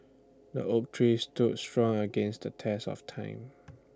the oak tree stood strong against the test of time